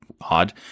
odd